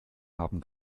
haben